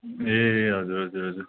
ए हजुर हजुर हजुर